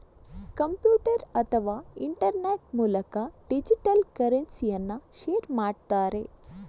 computer ಅಥವಾ internet ಮೂಲಕ digital ಕರೆನ್ಸಿಯನ್ನ ಶೇರ್ ಮಾಡ್ತಾರೆ